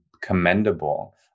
commendable